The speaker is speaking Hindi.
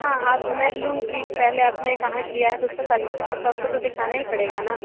हाँ अब मैं लूँगी पहले आपने कहाँ किया है तो उसका सर्टिफिकेट तो आपको तो दिखाना ही पड़ेंगा ना